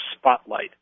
spotlight